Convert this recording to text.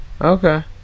Okay